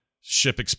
ship